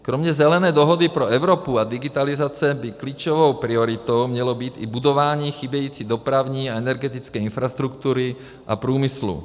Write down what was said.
Kromě Zelené dohody pro Evropu a digitalizace by klíčovou prioritou mělo být i budování chybějící dopravní a energetické infrastruktury a průmyslu.